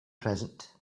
present